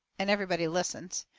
and everybody listens.